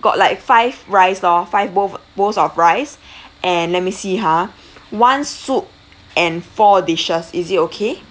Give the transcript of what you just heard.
got like five rice lor five bowl bowls of rice and let me see ha one soup and four dishes is it okay